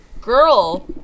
girl